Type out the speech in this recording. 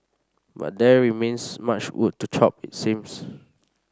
but there remains much wood to chop it seems